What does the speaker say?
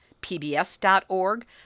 PBS.org